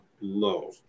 low